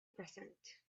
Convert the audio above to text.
present